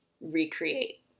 recreate